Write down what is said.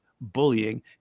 bullying